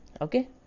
okay